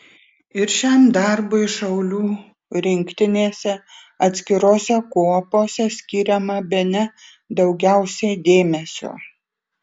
ir šiam darbui šaulių rinktinėse atskirose kuopose skiriama bene daugiausiai dėmesio